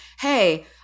hey